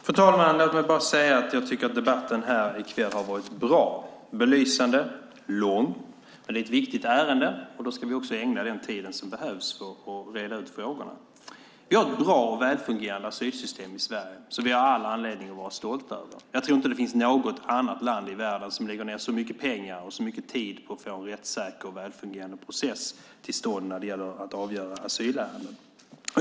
Fru talman! Låt mig säga att jag tycker att debatten i kväll har varit bra, belysande och lång. Men det är ett viktigt ärende, och då ska vi ägna den tid som behövs för att reda ut frågorna. Vi har ett bra och välfungerande asylsystem i Sverige som vi har all anledning att vara stolta över. Jag tror inte att det finns något annat land i världen som lägger ned så mycket pengar och så mycket tid på att få en rättssäker och välfungerande process till stånd när det gäller att avgöra asylärenden.